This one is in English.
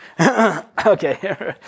Okay